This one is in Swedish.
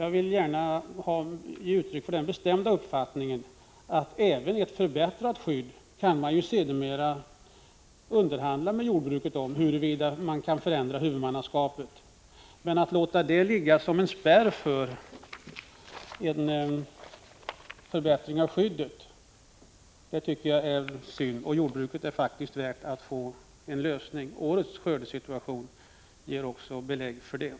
Jag vill gärna ge uttryck för den bestämda uppfattningen att även med ett förbättrat skydd kan man sedermera förhandla med jordbruket om huruvida man kan förändra huvudmannaskapet. Att låta detta ligga som en spärr för en förbättring av skyddet tycker jag är synd. Jordbruket är faktiskt värt att få en lösning av skördeskadeskyddet. Också årets skördesituation ger belägg för detta.